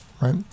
right